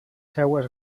seues